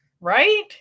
right